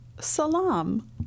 Salam